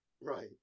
Right